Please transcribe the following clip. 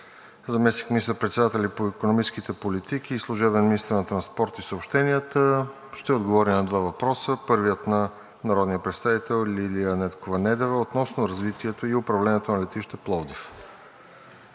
заместник министър-председателя по икономическите политики и служебен министър на транспорта и съобщенията ще отговори на два въпроса. Първият е на народния представител Лилия Недкова Недева относно развитието и управлението на летище Пловдив.